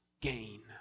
gain